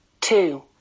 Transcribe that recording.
Two